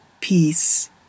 peace